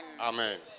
Amen